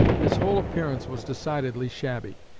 his whole appearance was decidedly shabby.